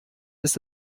ist